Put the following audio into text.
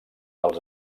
els